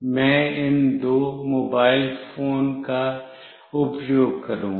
मैं इन दो मोबाइल फोन का उपयोग करूंगा